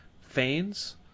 fans